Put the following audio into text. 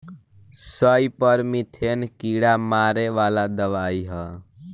सईपर methane कीड़ा मारे वाला दवाई ह